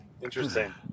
Interesting